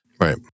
Right